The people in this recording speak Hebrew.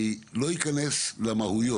אני לא אכנס למהויות.